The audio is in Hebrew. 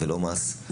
ולא מס.